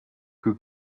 who